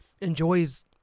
enjoys